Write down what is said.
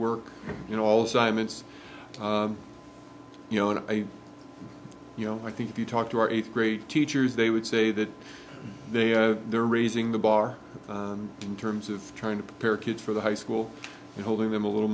work you know also i mean it's you know and i you know i think if you talk to our eighth grade teachers they would say that they they're raising the bar in terms of trying to prepare kids for the high school and holding them a little